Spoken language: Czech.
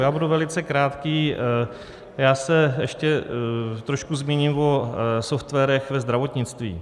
Já budu velice krátký, ještě se trošku zmíním o softwarech ve zdravotnictví.